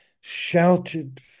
shouted